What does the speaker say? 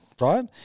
right